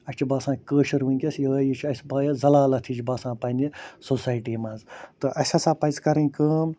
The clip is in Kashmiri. اَسہِ چھِ باسان کٲشُر وُنکٮ۪س یوٚہے چھُ اَسہِ زَلالت ہِش باسان پَنٕنہِ سوسایٹی مَنٛز تہٕ اَسہِ ہَسا پَزِ کَرٕنۍ کٲم